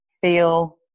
feel